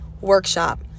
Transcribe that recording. workshop